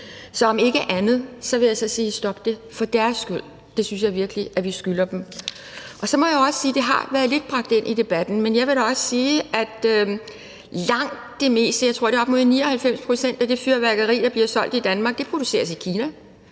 Så om ikke andet vil jeg sige: Stop det for deres skyld. Det synes jeg virkelig vi skylder dem. Og så må jeg jo også nævne noget, der har været bragt lidt ind i debatten, nemlig at langt det meste – jeg tror, at det er op mod 99 pct. – af det fyrværkeri, der bliver solgt i Danmark, produceres i Kina.